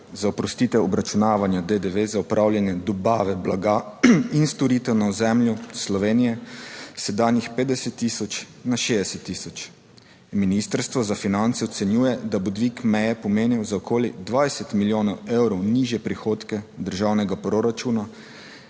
za oprostitev obračunavanja DDV za opravljanje dobave blaga in storitev na ozemlju Slovenije s sedanjih 50000 na 60000 in Ministrstvo za finance ocenjuje, da bo dvig meje pomenil za okoli 20 milijonov evrov nižje prihodke državnega proračuna